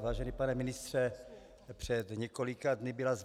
Vážený pane ministře, před několika dny byla